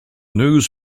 news